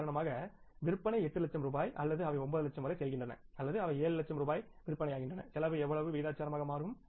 உதாரணமாக விற்பனை 8 லட்சம் ரூபாய் அல்லது அவை 9 லட்சம் வரை செல்கின்றன அல்லது அவை 7 லட்சம் ரூபாய் விற்பனையாகின்றன செலவு எவ்வளவு விகிதாசாரமாக மாறும்